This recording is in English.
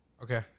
Okay